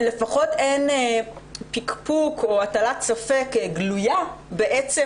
לפחות אין פקפוק או הטלת פסק גלויה בעצם